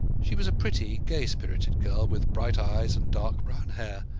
she was a pretty, gay-spirited girl, with bright eyes and dark brown hair,